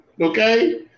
okay